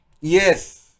yes